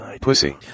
pussy